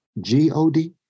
G-O-D